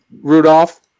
Rudolph